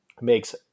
makes